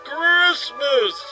Christmas